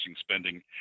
spending